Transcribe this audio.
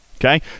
okay